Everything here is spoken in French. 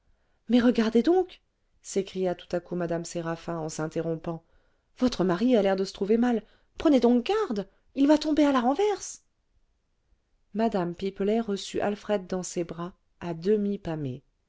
mais regardez donc s'écria tout à coup mme séraphin en s'interrompant votre mari a l'air de se trouver mal prenez donc garde il va tomber à la renverse mme pipelet reçut alfred dans ses bras à demi pâmé